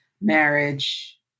marriage